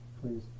Please